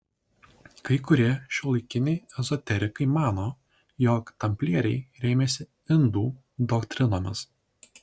kai kurie šiuolaikiniai ezoterikai mano jog tamplieriai rėmėsi indų doktrinomis